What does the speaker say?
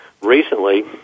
recently